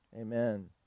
Amen